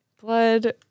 Blood